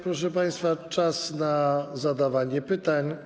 Proszę państwa, czas na zadawanie pytań.